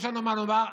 יש לנו מה לומר.